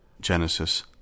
Genesis